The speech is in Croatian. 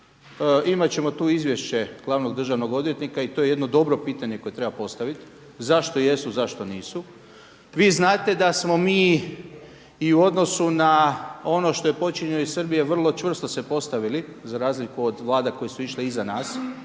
Imat ćemo tu izvješće glavnog državnog odvjetnika i to je jedno dobro pitanje koje treba postavit zašto jesu, zašto nisu. Vi znate da smo mi i u odnosu na ono što je počinjeno iz Srbije vrlo čvrsto se postavili za razliku od Vlada koje su išle iza nas